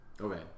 Okay